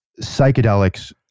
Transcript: psychedelics